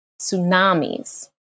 tsunamis